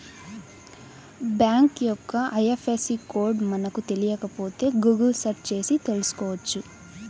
bank యొక్క IFSC code మనకు తెలియకపోతే గుగుల్ సెర్చ్ చేసి తెల్సుకోవచ్చు